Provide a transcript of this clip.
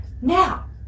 Now